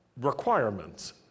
requirements